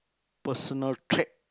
personal trait